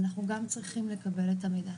אנחנו גם צריכים לקבל את המידע,